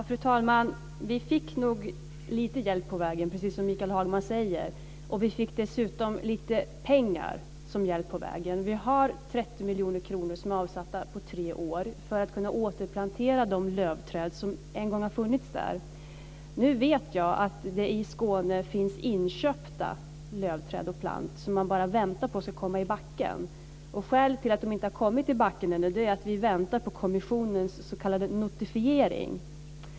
Fru talman! Vi fick nog lite hjälp på vägen, precis som Michael Hagberg säger. Vi fick dessutom lite pengar som hjälp på vägen. Vi har 30 miljoner kronor som är avsatta på tre år för att kunna återplantera de lövträd som en gång har funnits där. Nu vet jag att det i Skåne finns inköpta lövträd och plantor som man bara väntar på ska komma i backen. Skälet till att de inte har kommit i backen ännu är att vi väntar på kommissionens s.k. notifiering.